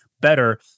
better